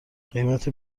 قیمت